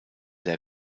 der